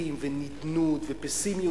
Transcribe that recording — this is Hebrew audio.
קיטורים ונדנוד ופסימיות.